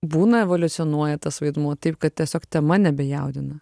būna evoliucionuoja tas vaidmuo taip kad tiesiog tema nebejaudina